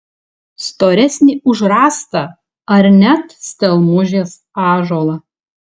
storesnį už rąstą ar net stelmužės ąžuolą